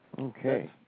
Okay